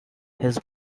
his